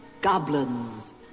Goblins